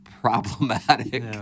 problematic